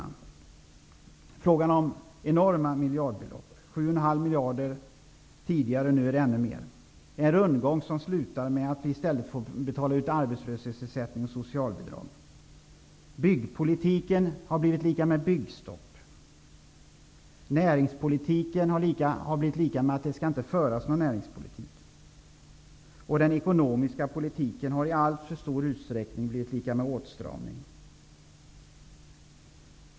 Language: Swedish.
Det är fråga om enorma miljardbelopp. Tidigare var det 7,5 miljarder. Nu är det ännu mer. Det är en rundgång som slutar med att vi i stället får betala ut arbetslöshetsersättning och socialbidrag. Byggpolitiken har blivit lika med byggstopp. Näringspolitiken har blivit lika med att det inte skall föras någon sådan. Den ekonomiska politiken har i alltför stor utsträckning blivit lika med åtstramning.